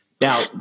Now